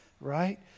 Right